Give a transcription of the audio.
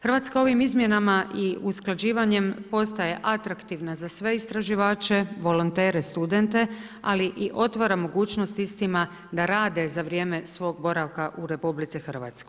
Hrvatska ovim izmjenama i usklađivanjem postaje atraktivna za sve istraživače, volontere, studente ali i otvara mogućnost istima da rade za vrijeme svog boravka u RH.